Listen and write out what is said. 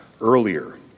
earlier